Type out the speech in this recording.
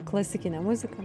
klasikinę muziką